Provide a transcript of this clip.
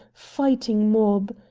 fighting mob.